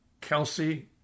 Kelsey